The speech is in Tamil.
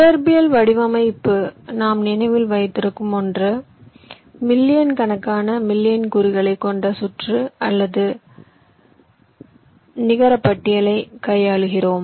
இயற்பியல் வடிவமைப்பில் நாம் நினைவில் வைத்திருக்கும் ஒன்று மில்லியன் கணக்கான மில்லியன் கூறுகளைக் கொண்ட சுற்று அல்லது நிகர பட்டியலை கையாளுகிறோம்